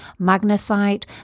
magnesite